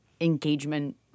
engagement